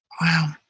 wow